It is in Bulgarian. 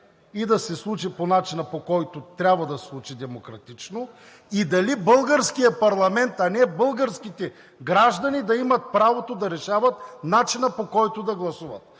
и да се случи по начина, по който трябва да се случи – демократично, и дали българският парламент, а не българските граждани да имат правото да решават начина, по който да гласуват.